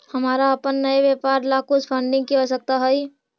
हमारा अपन नए व्यापार ला कुछ फंडिंग की आवश्यकता हई